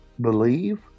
believe